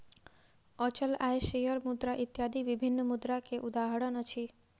अचल आय, शेयर मुद्रा इत्यादि विभिन्न मुद्रा के उदाहरण अछि